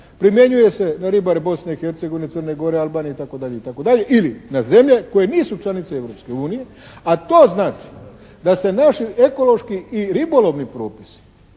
primjenjuje se na ribare Bosne i Hercegovine, Crne Gore, Albanije itd. itd. ili na zemlje koje nisu članice Europske unije, a to znači da se naš ekološki i ribolovni propisi